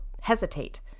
hesitate